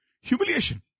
humiliation